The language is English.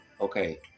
Okay